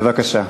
בבקשה.